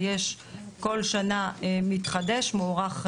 וכל שנה ההיתר מוארך.